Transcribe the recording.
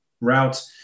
route